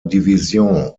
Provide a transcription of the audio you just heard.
división